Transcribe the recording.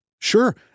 Sure